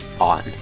on